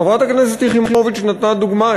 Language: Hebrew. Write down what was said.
חברת הכנסת יחימוביץ נתנה דוגמה,